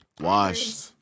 Washed